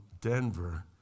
Denver